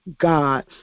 God